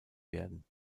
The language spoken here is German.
werden